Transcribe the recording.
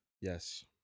Yes